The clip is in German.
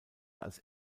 als